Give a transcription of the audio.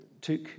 took